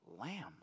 lamb